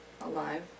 Alive